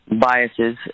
biases